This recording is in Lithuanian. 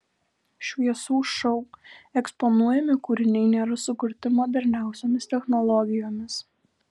šviesų šou eksponuojami kūriniai nėra sukurti moderniausiomis technologijomis